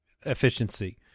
efficiency